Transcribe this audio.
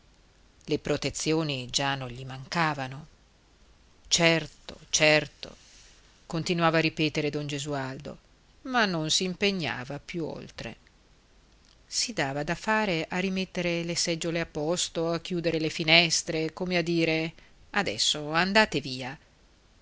le protezioni già non gli mancavano certo certo continuava a ripetere don gesualdo ma non si impegnava più oltre si dava da fare a rimettere le seggiole a posto a chiudere le finestre come a dire adesso andate via